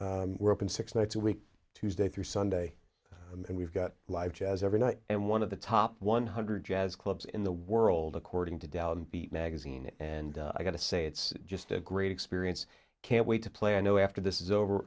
avenue were open six nights a week tuesday through sunday and we've got live jazz every night and one of the top one hundred jazz clubs in the world according to dallas beat magazine and i got to say it's just a great experience can't wait to play i know after this is over